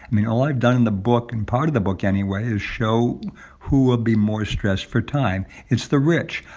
i mean, all i've done in the book in part of the book, anyway is show who will be more stressed for time. it's the rich.